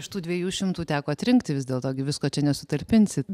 ir iš tų dviejų šimtų teko atrinkti visdėlto gi visko čia nesutalpinsi